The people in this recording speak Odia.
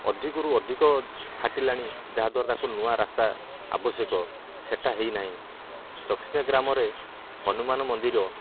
ଅଧିକରୁ ଅଧିକ ଫାଟିଲାଣି ଯାହାଦ୍ଵାରା ତାକୁ ନୂଆ ରାସ୍ତା ଆବଶ୍ୟକ ସେଇଟା ହେଇନାହିଁ ଚକସିନ୍ଦିଆ ଗ୍ରାମରେ ହନୁମାନ ମନ୍ଦିର